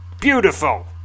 Beautiful